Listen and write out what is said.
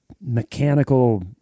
mechanical